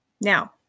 Now